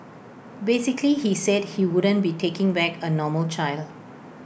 basically he said he wouldn't be taking back A normal child